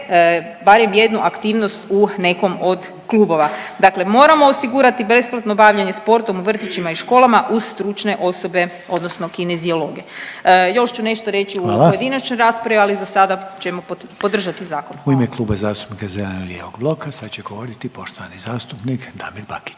barem jednu aktivnost u nekom od klubova, dakle moramo osigurati besplatno bavljenje sportom u vrtićima i školama uz stručne osobe odnosno kineziologe. Još ću nešto reći u pojedinačnoj raspravi…/Upadica: Hvala/…ali zasada ćemo podržati zakon. **Reiner, Željko (HDZ)** U ime Kluba zastupnika zeleno-lijevog bloka sad će govoriti poštovani zastupnik Damir Bakić,